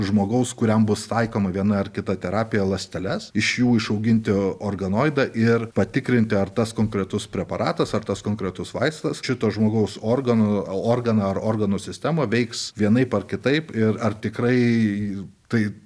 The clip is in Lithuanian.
žmogaus kuriam bus taikoma viena ar kita terapija ląsteles iš jų išauginti organoidą ir patikrinti ar tas konkretus preparatas ar tas konkretus vaistas šito žmogaus organų organą ar organų sistemą veiks vienaip ar kitaip ir ar tikrai tai